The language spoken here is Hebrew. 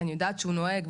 כי אני יודעת שהוא נוהג,